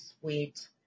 sweet